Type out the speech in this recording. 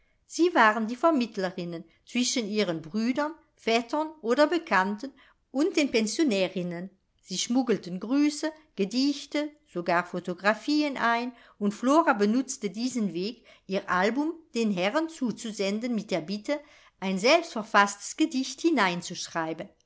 sie waren die vermittlerinnen zwischen ihren brüdern vettern oder bekannten und den pensionärinnen sie schmuggelten grüße gedichte sogar photographien ein und flora benutzte diesen weg ihr album den herren zuzusenden mit der bitte ein selbstverfaßtes gedicht